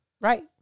Right